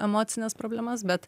emocines problemas bet